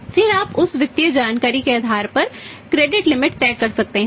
फिर आप उस वित्तीय जानकारी के आधार पर क्रेडिट है